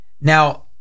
Now